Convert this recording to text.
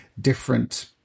different